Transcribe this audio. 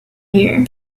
here